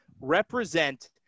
represent